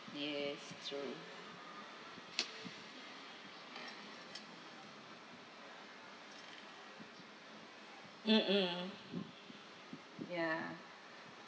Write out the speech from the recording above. yes true mm ya